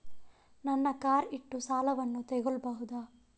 ನನ್ನ ಕಾರ್ ಇಟ್ಟು ಸಾಲವನ್ನು ತಗೋಳ್ಬಹುದಾ?